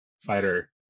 fighter